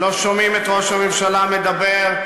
לא שומעים את ראש הממשלה מדבר.